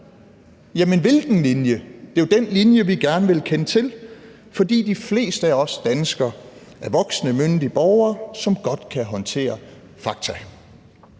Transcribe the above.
Jamen hvilken linje? Det er jo den linje, vi gerne vil kende til, for de fleste af os danskere er voksne, myndige borgere, som godt kan håndtere fakta.